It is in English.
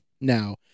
Now